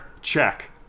Check